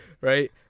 right